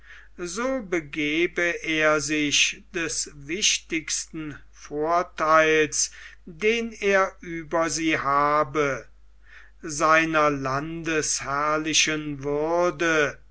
so begebe er sich des wichtigsten vortheils den er über sie habe seiner landesherrlichen würde